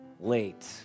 late